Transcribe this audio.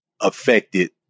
affected